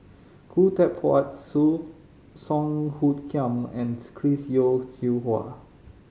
Khoo Teck Puat Song Hoot Kiam and Chris Yeo Siew Hua